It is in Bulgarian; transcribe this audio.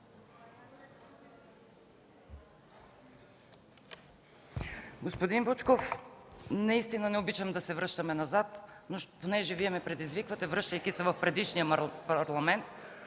Господин Вучков, наистина не обичам да се връщаме назад, но понеже Вие ме предизвиквате, връщайки се в предишния Парламент,